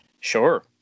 Sure